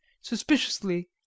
Suspiciously